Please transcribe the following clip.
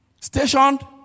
stationed